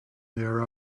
their